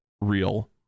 real